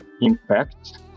impact